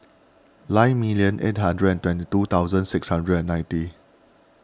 nine million eight hundred and twenty two thousand six hundred and ninety